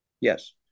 Yes